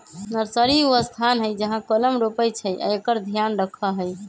nursery उ स्थान हइ जहा कलम रोपइ छइ आ एकर ध्यान रखहइ